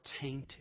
tainted